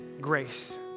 grace